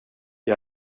jag